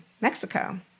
Mexico